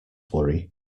worry